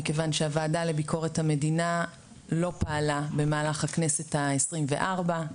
מכיוון שהוועדה לביקורת המדינה לא פעלה במהלך הכנסת ה-24.